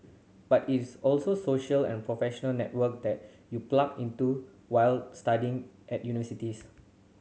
but it is also social and professional network that you plug into while studying at universities